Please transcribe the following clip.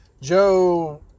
Joe